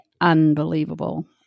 unbelievable